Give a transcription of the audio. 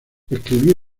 escribió